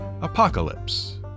Apocalypse